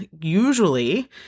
usually